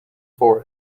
for